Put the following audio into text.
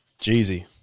Jeezy